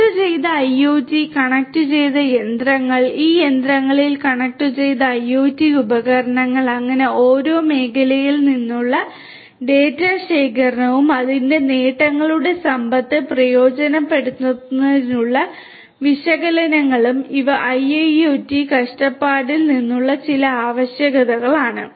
കണക്റ്റുചെയ്ത IoT കണക്റ്റുചെയ്ത യന്ത്രങ്ങൾ ഈ യന്ത്രങ്ങളിൽ കണക്റ്റുചെയ്ത IoT ഉപകരണങ്ങൾ അങ്ങനെ ഓരോ മേഖലയിൽ നിന്നുള്ള ഡാറ്റ ശേഖരണവും അതിന്റെ നേട്ടങ്ങളുടെ സമ്പത്ത് പ്രയോജനപ്പെടുത്തുന്നതിനുള്ള വിശകലനങ്ങളും ഇവ IIoT കാഴ്ചപ്പാടിൽ നിന്നുള്ള ചില ആവശ്യകതകളാണ്